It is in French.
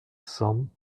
cents